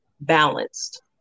balanced